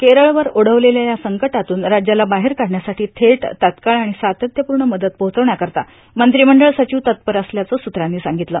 केरळवर ओढवलेल्या या संकटातून राज्याला बाहेर काढण्यासाठी थेट तात्काळ आणि सातत्यपूर्ण मदत पोहचवण्याकरता मंत्रीमंडळ सचिव तत्पर असल्याचं सूत्रांनी सांगितलं